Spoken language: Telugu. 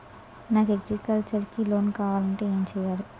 నాకు అగ్రికల్చర్ కి లోన్ కావాలంటే ఏం చేయాలి?